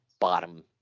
bottom